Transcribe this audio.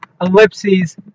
Ellipses